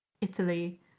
italy